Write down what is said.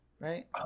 Right